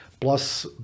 plus